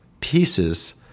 pieces